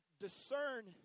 discern